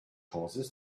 causes